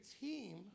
team